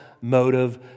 motive